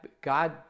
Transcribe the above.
God